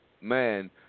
man